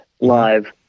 live